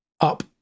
up